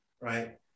right